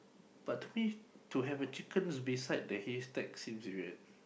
but to me to have a chicken beside the haystack seems a bit weird